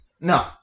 No